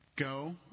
Go